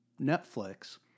Netflix